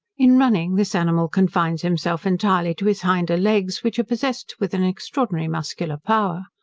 in running, this animal confines himself entirely to his hinder, legs, which are possessed with an extraordinary muscular power.